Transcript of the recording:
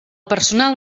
personal